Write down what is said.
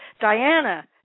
diana